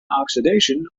oxidation